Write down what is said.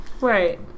right